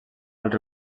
els